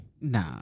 Nah